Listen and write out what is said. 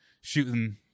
shooting